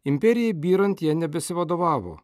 imperijai byrant jie nebesivadovavo